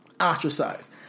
ostracized